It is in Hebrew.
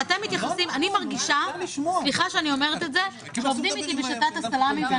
אני מרגישה סליחה שאני אומרת את זה שעובדים אתי בשיטת הסלאמי.